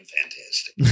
fantastic